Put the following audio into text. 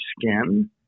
skin